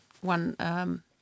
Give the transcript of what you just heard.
one